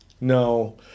No